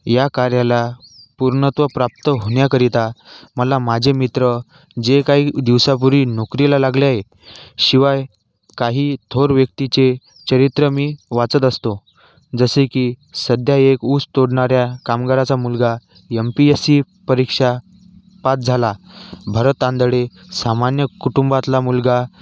या कार्याला पूर्णत्व प्राप्त होण्याकरिता मला माझे मित्र जे काही दिवसापूर्वी नोकरीला लागले आहे शिवाय काही थोर व्यक्तीचे चरित्र मी वाचत असतो जसे की सध्या एक ऊस तोडणाऱ्या कामगाराचा मुलगा यम पी यस् सी परीक्षा पास झाला भरत आंदळे सामान्य कुटुंबातला मुलगा